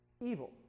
evil